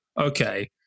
okay